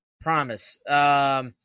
Promise